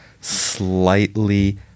slightly